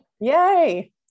Yay